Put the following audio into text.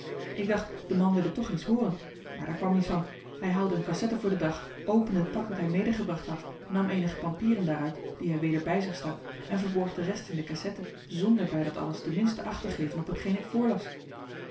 ik dacht de man wil het toch eens hooren maar daar kwam niet van hij haalde een cassette voor den dag opende het pak dat hij medegebracht had nam eenige pampieren daaruit die hij weder bij zich stak en verborg de rest in de cassette zonder bij dat alles de minste acht te geven op hetgeen ik voorlas